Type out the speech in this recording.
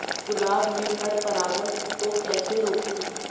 गुलाब में पर परागन को कैसे रोकुं?